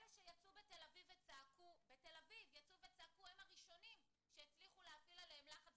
אלה שיצאו בתל אביב וצעקו הם הראשונים שהצליחו להפעיל עליהם לחץ